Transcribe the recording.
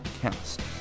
cast